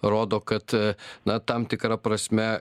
rodo kad na tam tikra prasme